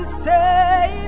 say